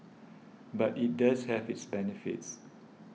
but it does have its benefits